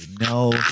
no